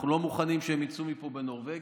אנחנו לא מוכנים שהם יצאו מפה בנורבגי,